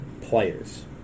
players